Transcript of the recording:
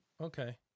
Okay